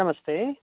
नमस्ते